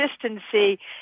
consistency